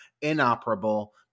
inoperable